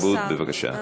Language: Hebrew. שרת התרבות, בבקשה.